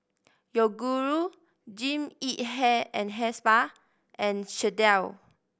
Yoguru Jean Yip Hair and Hair Spa and Chesdale